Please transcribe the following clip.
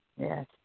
Yes